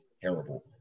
terrible